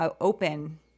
open